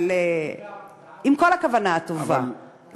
עם כל הכוונה הטובה,